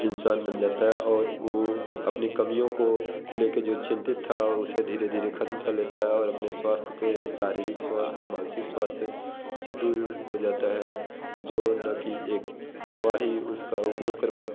इंसान बन जाता है और वो अपनी कमियों को ले के जो चिंतित था उसे धीरे धीरे खत्म कर लेता है और अपने स्वास्थ्य के शारीरिक स्वास्थ्य मानसिक स्वास्थ्य से दूर हो जाता है जो न कि एक दवा ही उसका उपयोग कर पाना